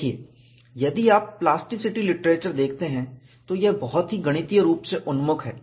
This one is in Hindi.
देखिये यदि आप प्लास्टिसिटी लिटरेचर देखते हैं तो यह बहुत ही गणितीय रूप से उन्मुख है